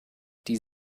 die